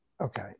Okay